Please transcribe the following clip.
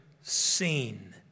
seen